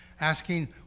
asking